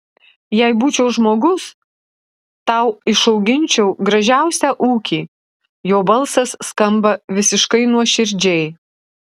jei būčiau žmogus tau išauginčiau gražiausią ūkį jo balsas skamba visiškai nuoširdžiai